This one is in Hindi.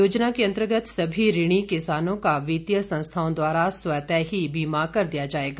योजना के अंतर्गत सभी ऋणी किसानों का वित्तीय संस्थाओं द्वारा स्वतः ही बीमा कर दिया जाएगा